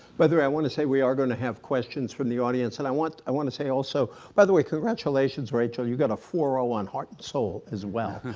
whether i want to say we are going to have questions from the audience and i want i want to say, also by the way congratulations rachel, you've got a four zero one heart and soul as well.